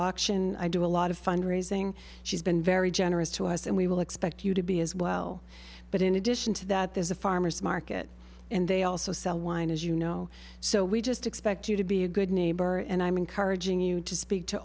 auction i do a lot of fund raising she's been very generous to us and we will expect you to be as well but in addition to that there's a farmer's market and they also sell wine as you know so we just expect you to be a good neighbor and i'm encouraging you to speak to